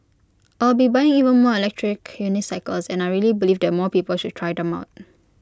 I will be buying even more electric unicycles and I really believe that more people should try them out